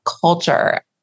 culture